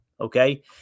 Okay